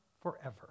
forever